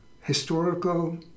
historical